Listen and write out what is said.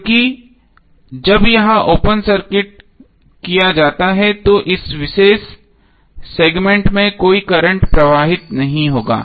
क्योंकि जब यह ओपन सर्किट किया जाता है तो इस विशेष सेगमेंट में कोई करंट प्रवाहित नहीं होगा